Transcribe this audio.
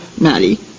Maddie